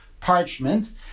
parchment